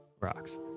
Rocks